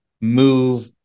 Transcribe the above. move